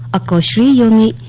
a bushy in the